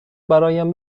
برایم